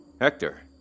Hector